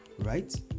right